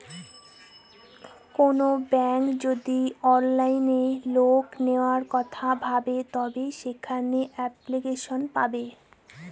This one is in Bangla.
কোনো ব্যাঙ্ক যদি অনলাইনে লোন নেওয়ার কথা ভাবে তবে সেখানে এপ্লিকেশন পাবে